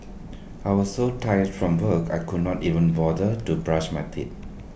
I was so tired from work I could not even bother to brush my teeth